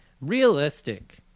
realistic